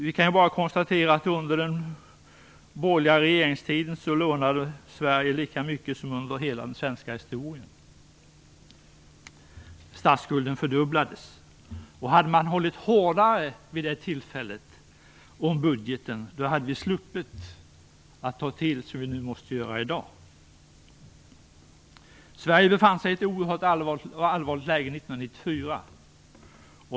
Vi kan bara konstatera att under den borgerliga regeringstiden lånade Sverige lika mycket som under hela historien. Statsskulden fördubblades. Hade man vid det tillfället hållit hårdare om budgeten, hade vi sluppit att ta till sådana åtgärder som vi i dag måste göra. Sverige befann sig i ett oerhört allvarligt läge 1994.